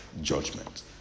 judgment